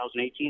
2018